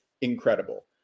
incredible